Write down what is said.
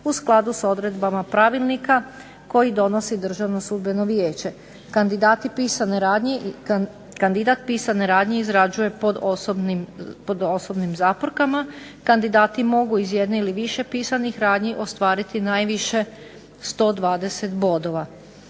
u skladu sa odredbama pravilnika koji donosi Državno sudbeno vijeće. Kandidat pisane radnje izrađuje pod osobnim zaporkama. Kandidati mogu iz jedne ili više pisanih radnji ostvariti najviše 120 bodova.